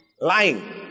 Lying